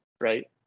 right